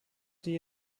die